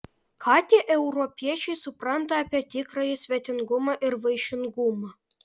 ką tie europiečiai supranta apie tikrąjį svetingumą ir vaišingumą